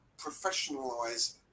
professionalize